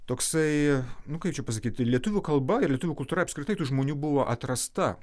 toksai nu kaip čia pasakyt lietuvių kalba ir lietuvių kultūra apskritai tų žmonių buvo atrasta